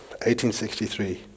1863